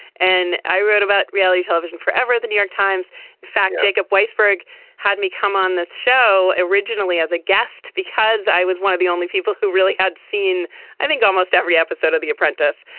and i wrote about reality television forever the new york times in fact jacob weisberg had me come on this show originally as a guest because i was one of the only people who really had seen i think almost every episode of the apprentice.